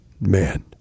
Man